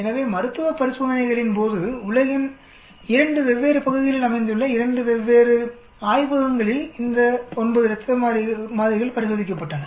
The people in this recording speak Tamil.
எனவே மருத்துவ பரிசோதனைகளின் போது உலகின் 2 வெவ்வேறு பகுதிகளில் அமைந்துள்ள 2 வெவ்வேறு ய்வகங்களில் 9 இரத்த மாதிரிகள் பரிசோதிக்கப்பட்டன